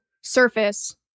surface